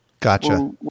Gotcha